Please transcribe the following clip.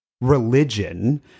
religion